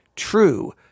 true